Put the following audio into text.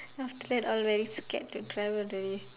then after that I very scared to travel the way